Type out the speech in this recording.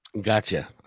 Gotcha